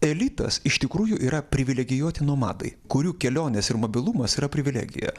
elitas iš tikrųjų yra privilegijuoti nomadai kurių kelionės ir mobilumas yra privilegija